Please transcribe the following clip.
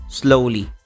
slowly